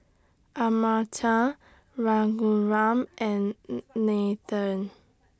Amartya Raghuram and Nathan